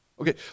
Okay